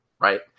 right